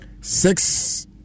six